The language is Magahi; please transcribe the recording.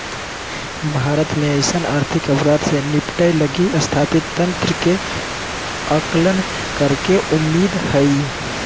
भारत में अइसन आर्थिक अपराध से निपटय लगी स्थापित तंत्र के आकलन करेके उम्मीद हइ